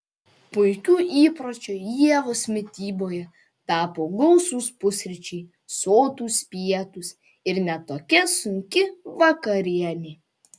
puikiu įpročiu ievos mityboje tapo gausūs pusryčiai sotūs pietūs ir ne tokia sunki vakarienė